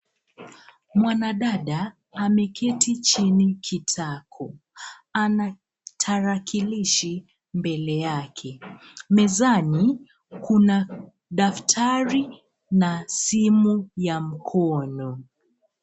Mwanadada ameketi chini kitako . Ana tarakilishi mbele yake . Mezani, kuna daftari na simu ya mkono.